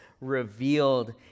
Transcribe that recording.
revealed